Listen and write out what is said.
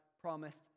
promised